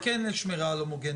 זה כן שמירה על הומוגניות.